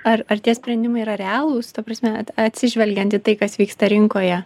ar ar tie sprendimai yra realūs ta prasme atsižvelgiant į tai kas vyksta rinkoje